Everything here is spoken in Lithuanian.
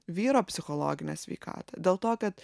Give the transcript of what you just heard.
vyro psichologinę sveikatą dėl to kad